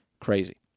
Crazy